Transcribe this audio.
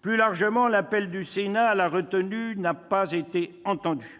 Plus largement, l'appel du Sénat à la retenue n'a pas été entendu.